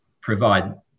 provide